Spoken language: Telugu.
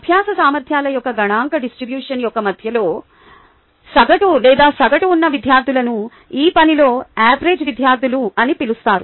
అభ్యాస సామర్థ్యాల యొక్క గణాంక డిస్ట్రిబ్యూషన్ యొక్క మధ్యలో సగటు లేదా సగటు ఉన్న విద్యార్థులను ఈ పనిలో ఆవెరేజ్ విద్యార్థులు అని పిలుస్తారు